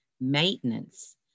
maintenance